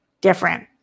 different